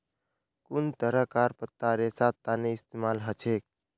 कुन तरहकार पत्ता रेशार तने इस्तेमाल हछेक